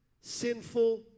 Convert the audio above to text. sinful